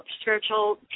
spiritual